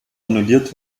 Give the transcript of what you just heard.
annulliert